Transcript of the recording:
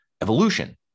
evolution